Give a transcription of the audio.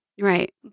right